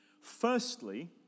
Firstly